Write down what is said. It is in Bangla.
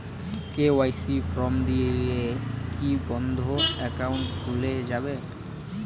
কে.ওয়াই.সি ফর্ম দিয়ে কি বন্ধ একাউন্ট খুলে যাবে?